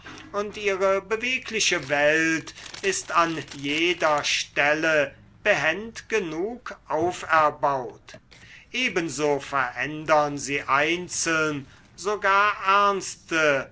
und ihre bewegliche welt ist an jeder stelle behend genug auferbaut ebenso verändern sie einzeln sogar ernste